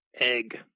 Egg